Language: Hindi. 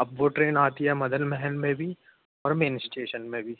अब वो ट्रेन आती है मदनमहल में भी और मेन स्टेशन में भी